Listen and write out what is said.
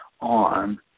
on